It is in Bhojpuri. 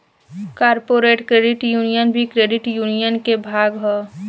कॉरपोरेट क्रेडिट यूनियन भी क्रेडिट यूनियन के भाग ह